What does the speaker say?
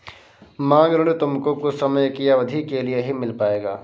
मांग ऋण तुमको कुछ समय की अवधी के लिए ही मिल पाएगा